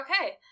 Okay